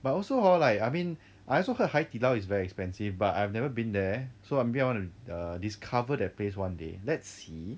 but also hor like I mean I also heard 海底捞 is very expensive but I've never been there so maybe I want to err discover that place one day let's see